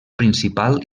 principal